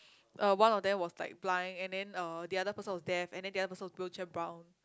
uh one of them was like blind and then uh the other person was deaf and then the other person was wheelchair bound